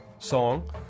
song